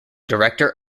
director